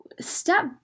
step